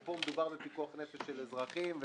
ופה מדובר בפיקוח נפש של אזרחים,